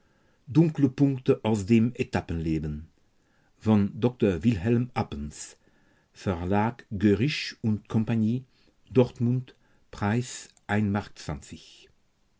dunkle punkte aus dem etappenleben von dr wilhelm appens verlag gerisch u co dortmund